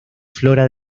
flora